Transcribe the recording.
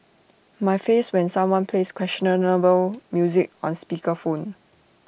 my face when someone plays questionable music on speaker phone